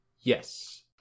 yes